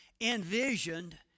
envisioned